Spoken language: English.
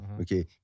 okay